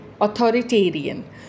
authoritarian